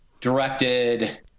directed